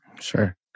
Sure